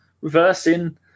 Reversing